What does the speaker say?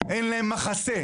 אין להם מחסה.